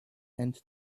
and